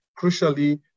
crucially